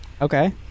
Okay